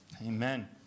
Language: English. Amen